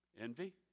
envy